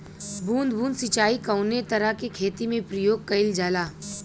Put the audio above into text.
बूंद बूंद सिंचाई कवने तरह के खेती में प्रयोग कइलजाला?